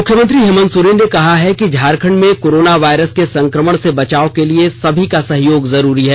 मुख्यमंत्री हेमंत सोरेन ने कहा है कि झारखंड में कोरोन वायरस के संकमण से बचाव के लिए सभी का सहयोग जरूरी है